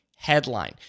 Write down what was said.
Headline